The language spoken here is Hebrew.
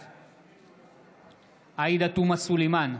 בעד עאידה תומא סלימאן,